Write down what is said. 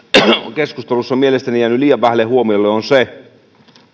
keskustelussa on mielestäni jäänyt liian vähälle huomiolle on se